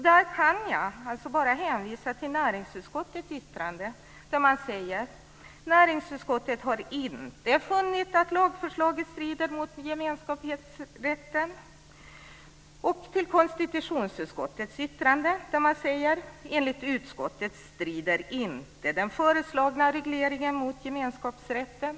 Där kan jag hänvisa till näringsutskottets yttrande, där man säger: Näringsutskottet har inte funnit att lagförslaget strider mot gemenskapsrätten. Vidare säger konstitutionsutskottet i sitt yttrande: Enligt utskottet strider inte den föreslagna regleringen mot gemenskapsrätten.